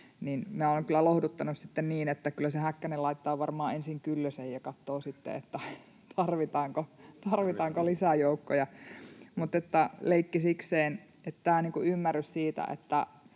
olen kyllä lohduttanut sitten niin, että kyllä se Häkkänen laittaa varmaan ensin Kyllösen ja katsoo sitten, tarvitaanko lisäjoukkoja. Mutta leikki sikseen. Eli tämä ymmärrys siitä,